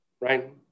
right